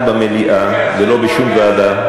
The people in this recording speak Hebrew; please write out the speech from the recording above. אני חושב שראוי שזה יהיה דיון כאן במליאה ולא בשום ועדה,